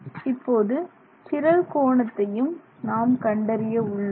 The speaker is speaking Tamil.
இப்போது சிரல் கோணத்தையும் நாம் கண்டறிய உள்ளோம்